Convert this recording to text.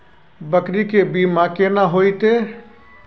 बकरी के बीमा केना होइते?